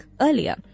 earlier